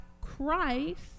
Christ